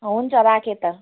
हुन्छ राखेँ त